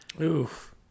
Oof